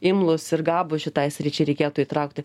imlūs ir gabūs šitai sričiai reikėtų įtraukti